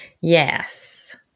Yes